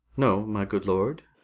no, my good lord.